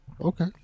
Okay